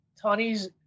Tony's